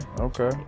Okay